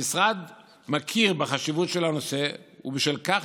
המשרד מכיר בחשיבות של הנושא ובשל כך